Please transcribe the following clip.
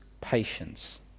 patience